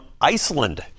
Iceland